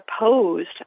opposed